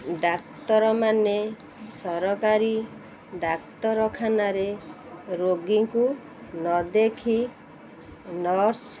ଡାକ୍ତରମାନେ ସରକାରୀ ଡାକ୍ତରଖାନାରେ ରୋଗୀଙ୍କୁ ନ ଦେଖି ନର୍ସ